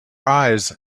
eyes